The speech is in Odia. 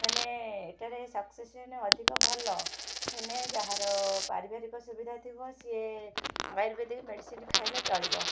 ହେଲେ ଏଇଟାରେ ଅଧିକ ଭଲ ହେଲେ ଯାହାର ପାରିବାରିକ ସୁବିଧା ଥିବ ସିଏ ଆୟୁର୍ବେଦିକ ମେଡ଼ିସିନ ଖାଇଲେ ଚଳିବ